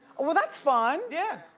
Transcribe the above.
well, that's fun. yeah.